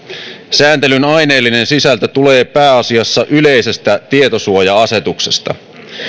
sääntelyn aineellinen sisältö tulee pääasiassa yleisestä tietosuoja asetuksesta